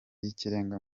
y’ikirenga